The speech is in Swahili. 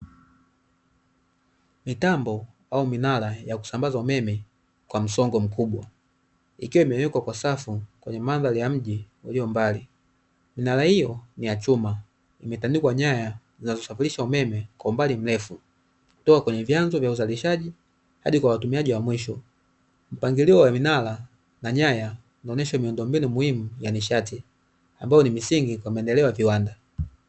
Mitambo au minara ya kusambazwa umeme kwa msongo mkubwa, ikiwa imewekwa kwa safu kwenye mandhari ya mji ulio mbali ,minara hiyo ni ya chuma imetandikwa nyaya zinazosafirisha umeme kwa umbali mrefu kutoka kwenye vyanzo vya uzalishaji hadi kwa watumiaji wa mwisho, mpangilio wa vinara na nyaya inaonyesha miundombinu muhimu ya nishati, ambayo ni misingi kwa maendeleo ya viwanda.